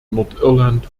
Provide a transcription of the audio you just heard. nordirland